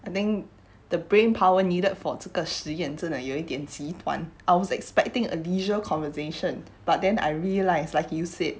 I think the brain power needed for 这个实验真的有一点起湍 I was expecting a leisure conversation but then I realise like you said